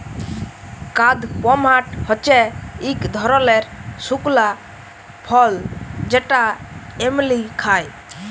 কাদপমহাট হচ্যে ইক ধরলের শুকলা ফল যেটা এমলি খায়